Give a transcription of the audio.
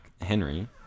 Henry